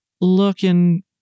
looking